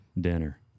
Dinner